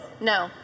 No